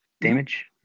damage